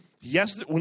yes